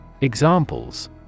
Examples